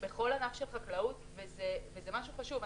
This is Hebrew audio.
וזה משהו חשוב.